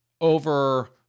over